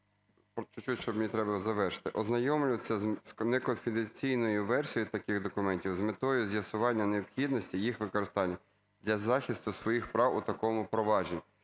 Можна? Мені треба завершити. "…ознайомлюються з неконфіденційною версією таких документів з метою з'ясування необхідності їх використання для захисту своїх прав у такому провадженні".